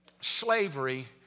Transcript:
slavery